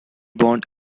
bond